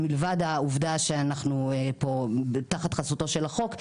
מלבד העובדה שאנחנו פה תחת חסותו של החוק,